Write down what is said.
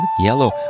Yellow